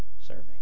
serving